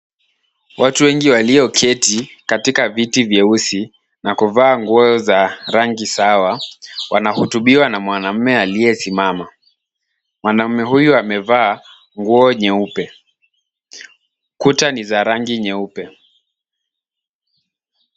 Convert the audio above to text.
Watu wengi walioketi katika viti vyeusi na kuvaa nguo za rangi sawa wanahotubiwa na mwanaume aliyesimama. Mwanaume huyo amevaa nguo nyeupe. Kuta ni za rangi nyeupe.